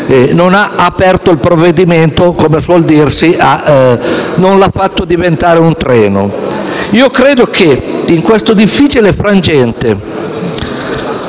Non ha aperto il provvedimento, come suol dirsi, e non lo ha fatto diventare un treno. Credo tuttavia che, in questo difficile frangente,